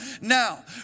now